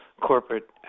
corporate